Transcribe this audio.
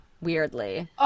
weirdly